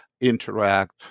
interact